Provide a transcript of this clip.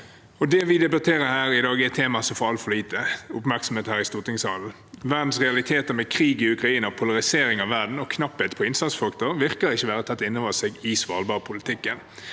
Det vi debatterer her i dag, er et tema som får altfor lite oppmerksomhet her i stortingssalen. Verdens realiteter med krig i Ukraina, polarisering av verden og knapphet på innsatsfaktorer virker det ikke som man har tatt inn over seg i svalbardpolitikken.